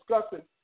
discussing